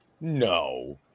no